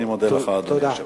אני מודה לך, אדוני היושב-ראש.